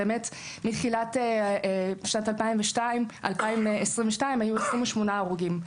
מתחילת שנת 2022 היו 28 הרוגים.